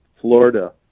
Florida